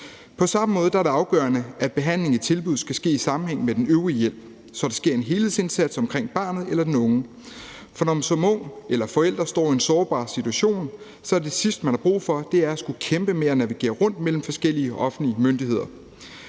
På samme måde er det afgørende, at behandlingen i tilbuddet skal ske i sammenhæng med den øvrige hjælp, så der sker en helhedsindsats omkring barnet eller den unge. For når man som ung eller forælder står i en sårbar situation, er det sidste, man har brug for, at skulle kæmpe med at navigere rundt mellem forskellige offentlige myndigheder.